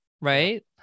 right